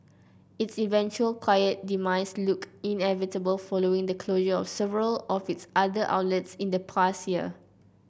its eventual quiet demise looked inevitable following the closure of several of its other outlets in the past year